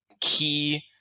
key